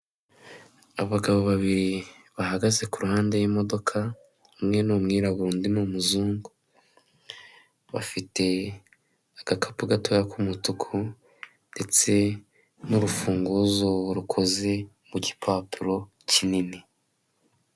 Abagabo babiri bahagaze ku ruhande rw'imodoka, umwe n' umwirabura undi n'umuzungu bafite agakapu gatoya k'umutuku ndetse n'urufunguzo rukoze mu gipapuro kinini.